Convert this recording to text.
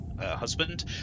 Husband